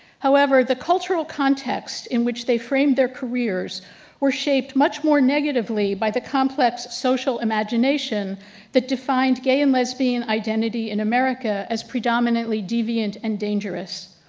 however the cultural context in which they framed their careers were shaped much more negatively by the complex social imagination that defined gay and lesbian identity in america as predominantly deviant and dangerous.